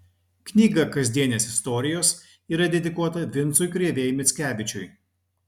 knyga kasdienės istorijos yra dedikuota vincui krėvei mickevičiui